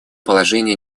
положение